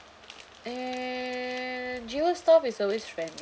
eh jewel staff is always friend~